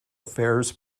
affairs